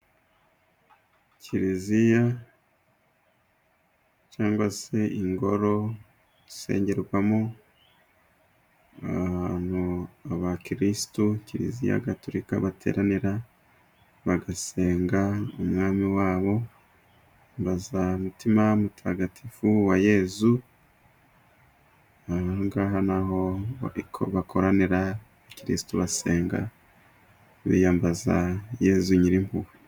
Kiliziya cyangwa se Ingoro isengerwamo abakirisitu, Kiliziya Gatorika bateranira, bagasenga umwami wabo, bakambaza umutima mutagatifu wa Yezu . Aha ngaha ni aho bakoranira abakirisitu basenga biyambaza Yezu nyir'impuhwe.